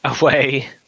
away